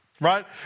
right